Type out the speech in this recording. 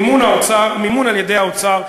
מימון על-ידי האוצר,